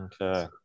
Okay